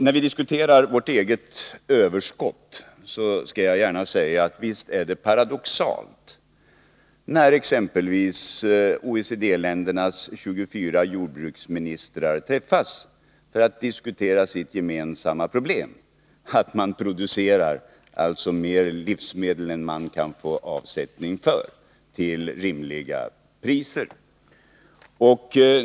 När vi diskuterar vårt eget livsmedelsöverskott skall jag gärna säga att visst är det paradoxalt när exempelvis OECD-ländernas 24 jordbruksministrar träffas för att diskutera sitt gemensamma problem, att man producerar mer livsmedel än man kan få avsättning för till rimliga priser.